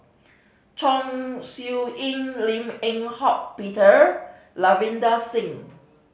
Chong Siew Ying Lim Eng Hock Peter Ravinder Singh